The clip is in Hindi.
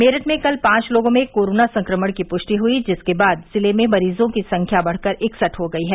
मेरठ में कल पांच लोगों में कोरोना संक्रमण की पृष्टि हुई जिसके बाद जिले में मरीजों की संख्या बढ़कर इकसठ हो गयी है